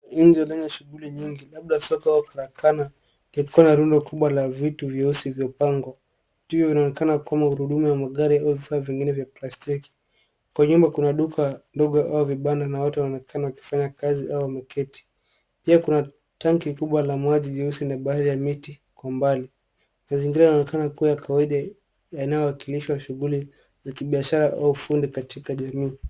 Nje lenye shughuli nyingi labda soko au karakana likiwa na rundo ya vitu vyeusi vilivyopangwa. Juu inaonekana kuwa rundo la magurudumu au vifaa vingine vya plastiki. Kwa nyuma, kuna duka ndogo au vibanda na watu wanaonekana wakifanya kazi au wameketi. Pia kuna tanki kubwa la maji jeusi na bahari ya miti kwa umbali. Mazingira yanaonekana kuwa ya kawaida yanayowakilisha shughuli ya kibiashara au ufundi katika jamii.